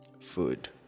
food